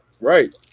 Right